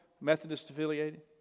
Methodist-affiliated